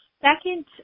second